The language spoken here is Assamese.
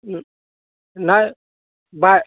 নাই